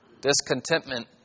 Discontentment